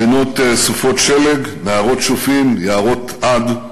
בינות סופות שלג, נהרות שופעים, יערות עד,